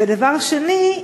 ודבר שני,